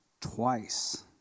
twice